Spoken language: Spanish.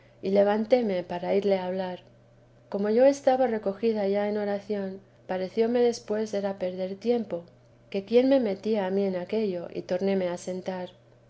y levánteme para irle a hablar como yo estaba recogida ya en oración parecióme después era perder tiempo que quién me metía a mi en aquello y tórneme a sentar